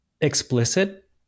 explicit